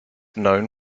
known